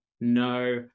No